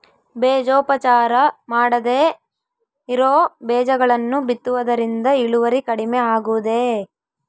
ಬೇಜೋಪಚಾರ ಮಾಡದೇ ಇರೋ ಬೇಜಗಳನ್ನು ಬಿತ್ತುವುದರಿಂದ ಇಳುವರಿ ಕಡಿಮೆ ಆಗುವುದೇ?